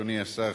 אדוני השר,